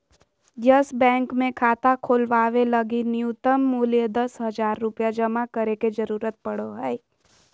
yes Bank मे खाता खोलवावे लगी नुय्तम मूल्य दस हज़ार रुपया जमा करे के जरूरत पड़ो हय